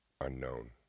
Unknown